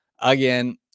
again